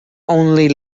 only